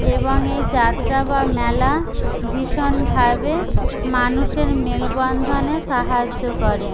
এবং এই যাত্রা বা মেলা ভীষণভাবে মানুষের মেলবন্ধনে সাহায্য করে